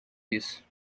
isso